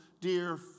dear